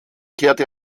kehrte